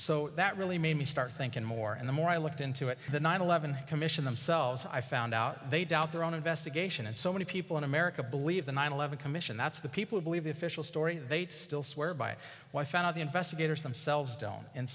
so that really made me start thinking more and the more i looked into it the nine eleven commission themselves i found out they doubt their own investigation and so many people in america believe the nine eleven commission that's the people who believe the official story they still swear by wife and the investigators themselves don't and